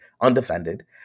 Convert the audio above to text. undefended